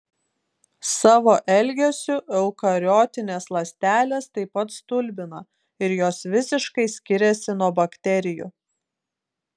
savo elgesiu eukariotinės ląstelės taip pat stulbina ir jos visiškai skiriasi nuo bakterijų